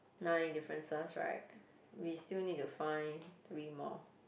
nine differences right we still need to find three more